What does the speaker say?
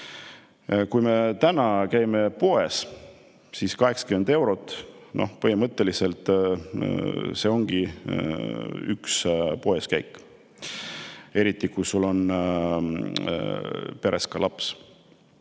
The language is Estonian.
Kui me täna käime poes, siis 80 eurot põhimõtteliselt ongi üks poeskäik, eriti, kui sul on peres ka laps.